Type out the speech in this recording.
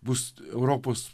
bus europos